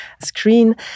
screen